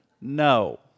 No